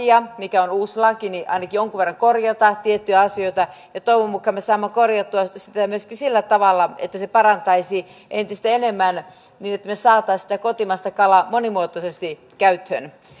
mikä on uusi laki ainakin jonkun verran korjata tiettyjä asioita toivon mukaan me saamme korjattua sitä sitä myöskin sillä tavalla että se parantaisi asioita entistä enemmän niin että me saisimme sitä kotimaista kalaa monimuotoisesti käyttöön